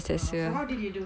so how did you do